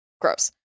gross